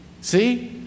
See